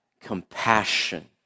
compassion